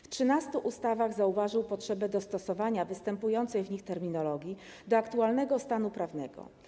W 13 ustawach zauważył potrzebę dostosowania występującej w nich terminologii do aktualnego stanu prawnego.